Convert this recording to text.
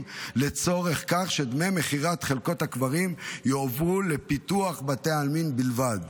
לצורך זה שדמי מכירת חלקות הקברים יועברו לפיתוח בתי העלמין בלבד,